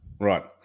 Right